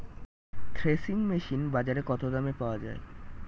Threshing machine বাজারে কত দামে পাওয়া যায়?